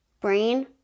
brain